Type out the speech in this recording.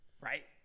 Right